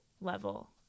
level